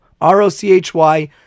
R-O-C-H-Y